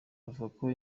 abavuga